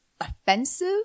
offensive